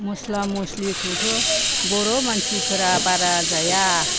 मस्ला मस्लिखौथ' बर' मानसिफोरा बारा जाया